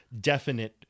definite